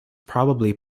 probably